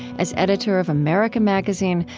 as editor of america magazine,